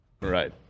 Right